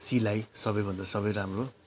सिलाई सबैभन्दा सबै राम्रो